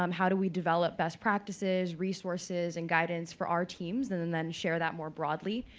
um how do we develop best practices, resources, and guidance for our teams and then then share that more broadly.